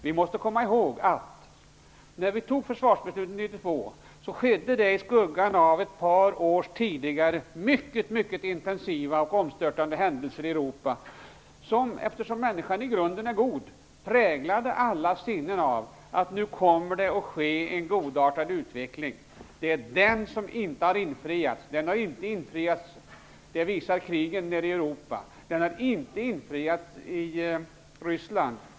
Vi måste komma ihåg att när vi fattade försvarsbeslutet 1992 skedde det i skuggan av mycket intensiva och omstörtande händelser i Europa ett par år tidigare. Eftersom människan i grunden är god präglades vid denna tid alla sinnen av att man trodde att utvecklingen skulle bli godartad. Det är den förhoppningen som inte har infriats. Det visar krigen nere i Europa. Den har inte infriats i Ryssland.